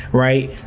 right?